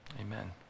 Amen